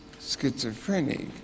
schizophrenic